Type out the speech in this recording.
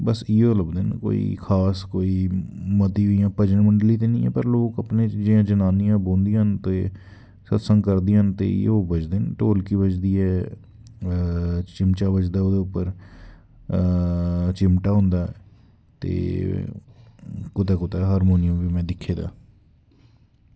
बस इयो लभदे न खास कोई मती इयां भजन मंडली ते नी ऐ व लोग अपने जियां जनानियां बौह्दियां न ते सतसंग करदियां न ते इयो बजदियां न ढोलकी बजदी ऐ चिमचा बजदा ओह्दे उप्पर चिमटा होंदा ऐ ते कुतै कुतै हरमोनियम बी में दिक्खे दे